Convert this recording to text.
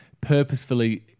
purposefully